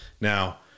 now